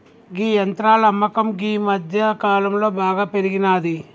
గీ యంత్రాల అమ్మకం గీ మధ్యకాలంలో బాగా పెరిగినాది